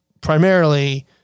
primarily